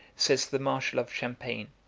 says the marshal of champagne,